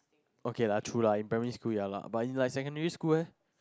okay lah true lah in primary school ya lah but in like secondary school eh